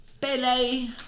Billy